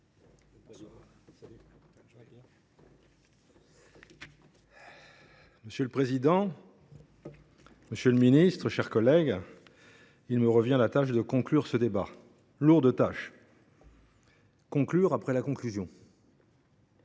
Monsieur le président, monsieur le ministre, chers collègues, il me revient la tâche de conclure ce débat – lourde tâche que de conclure après la conclusion